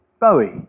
Bowie